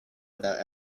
without